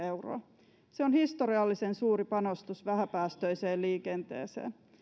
euroa se on historiallisen suuri panostus vähäpäästöiseen liikenteeseen